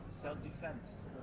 self-defense